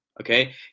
okay